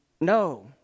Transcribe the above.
no